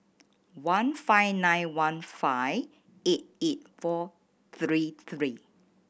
one five nine one five eight eight four three three